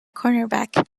cornerback